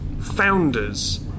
founders